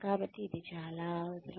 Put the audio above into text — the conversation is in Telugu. కాబట్టి ఇది చాలా అవసరం